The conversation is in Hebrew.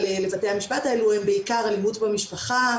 לבתי המשפט האלו הם בעיקר אלימות במשפחה,